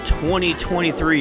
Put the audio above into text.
2023